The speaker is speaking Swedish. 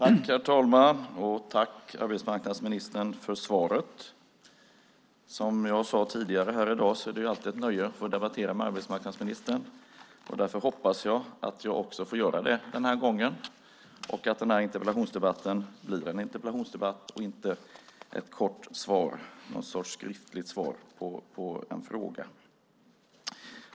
Herr talman! Tack, arbetsmarknadsministern, för svaret! Som jag sade tidigare här i dag är det alltid ett nöje att få debattera med arbetsmarknadsministern. Därför hoppas jag att jag också får göra det den här gången och att den här interpellationsdebatten blir en interpellationsdebatt och inte ett kort skriftligt svar på en fråga.